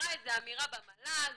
נאמרה אמירה במל"ג